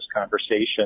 conversation